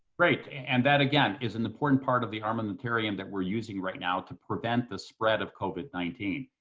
great. and that, again, is an important part of the armamentarium that we're using right now to prevent the spread of covid nineteen.